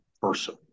person